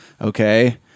okay